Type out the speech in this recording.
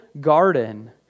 garden